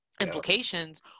implications